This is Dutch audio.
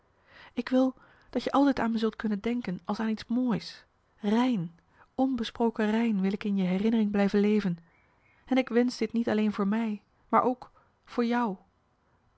ik wil dat je altijd aan me zult kunnen denken als aan iets moois rein onbesproken rein wil ik in je herinnering blijven leven en ik wensch dit niet alleen voor mij maar ook voor jou